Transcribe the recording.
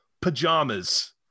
pajamas